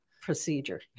procedure